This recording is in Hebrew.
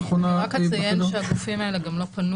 אני רק אציין שהגופים האלה גם לא פנו